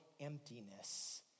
emptiness